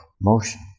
motion